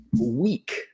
week